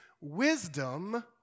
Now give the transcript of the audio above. wisdom